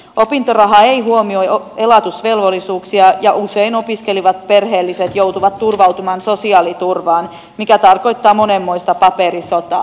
opintoraha ei huomioi elatusvelvollisuuksia ja usein opiskelevat perheelliset joutuvat turvautumaan sosiaaliturvaan mikä tarkoittaa monenmoista paperisotaa